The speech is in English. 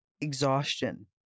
exhaustion